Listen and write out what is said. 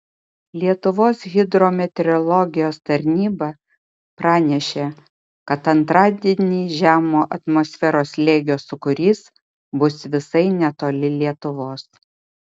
lietuvos hidrometeorologijos tarnyba pranešė kad antradienį žemo atmosferos slėgio sūkurys bus visai netoli lietuvos